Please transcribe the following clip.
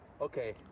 Okay